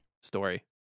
story